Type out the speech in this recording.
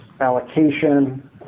allocation